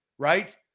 Right